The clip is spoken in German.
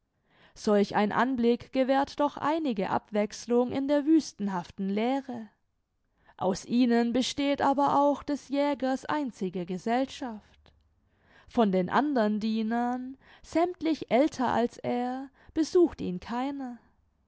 solch ein anblick gewährt doch einige abwechslung in der wüstenhaften leere aus ihnen besteht aber auch des jägers einzige gesellschaft von den andern dienern sämmtlich älter als er besucht ihn keiner